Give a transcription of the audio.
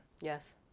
Yes